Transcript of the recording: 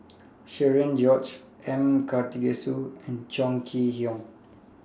Cherian George M Karthigesu and Chong Kee Hiong